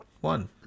One